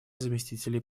заместителей